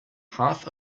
half